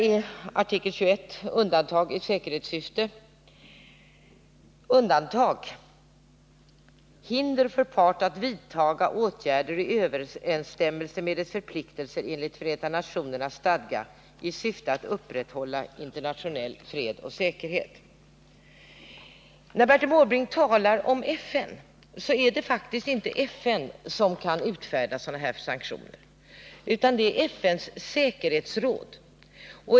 I artikel XXI, Undantag i säkerhetssyfte, finns bl.a. följande stadgande: ”c) hinder för part Bojkottåtgärder att vidtaga åtgärder i överensstämmelse med dess förpliktelser enligt Förenta mot Chile Nationernas stadga i syfte att upprätthålla internationell fred och säkerhet.” Till Bertil Måbrink vill jag säga att det faktiskt inte är FN som kan utfärda den här typen av sanktioner, utan det är FN:s säkerhetsråd.